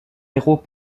héros